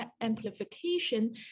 amplification